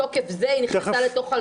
מתוקף זה היא נכנסה לתוך הליכוד.